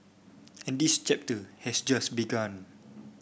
and this chapter has just begun